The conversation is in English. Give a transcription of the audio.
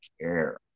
care